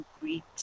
greet